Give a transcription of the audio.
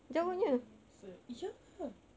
mm se~ ya lah